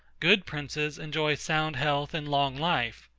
good princes enjoy sound health and long life.